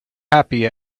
happy